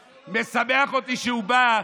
שמשמח אותי הוא שהוא בא,